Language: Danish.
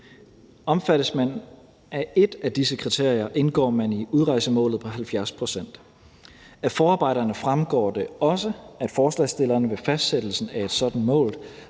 Omfattes man af et af disse kriterier indgår man i udrejsemålet på 70 pct. Af forarbejderne fremgår det også, at forslagsstillerne ved fastsættelsen af et sådan mål